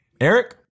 eric